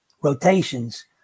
rotations